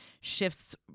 shifts